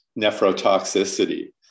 nephrotoxicity